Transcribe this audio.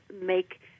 make